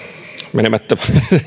menemättä